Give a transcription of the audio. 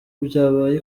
byabaye